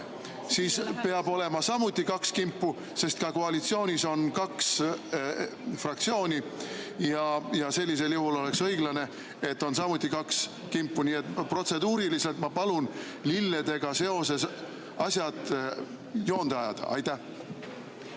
siis peab olema samuti kaks kimpu, sest ka koalitsioonis on kaks fraktsiooni ja sellisel juhul oleks õiglane, et oleks samuti kaks kimpu. Nii et protseduuriliselt ma palun lilledega seoses asjad joonde ajada. Õnneks